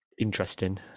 interesting